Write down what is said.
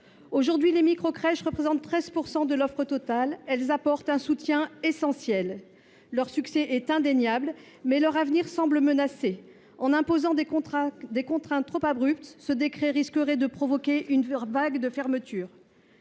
Aujourd’hui, les microcrèches représentent 13 % de l’offre totale : le soutien qu’elles apportent est donc essentiel. Leur succès est indéniable, mais leur avenir semble menacé. En imposant des contraintes trop abruptes, ce décret risque de provoquer une vague de fermetures.